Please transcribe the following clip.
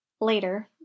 Later